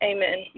Amen